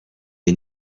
est